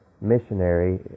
missionary